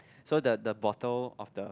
so the the bottle of the